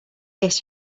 yes